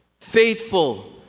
faithful